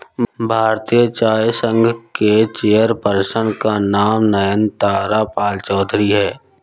भारतीय चाय संघ के चेयर पर्सन का नाम नयनतारा पालचौधरी हैं